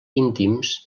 íntims